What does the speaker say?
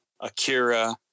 Akira